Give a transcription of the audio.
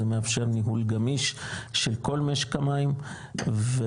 זה מאפשר ניהול גמיש של כל משק המים ולמעשה,